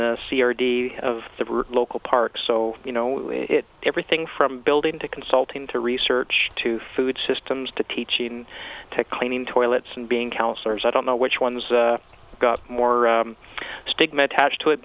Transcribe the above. the c r d of the local park so you know it everything from building to consulting to research to food systems to teaching to cleaning toilets and being counsellors i don't know which one's got more stigma attached to it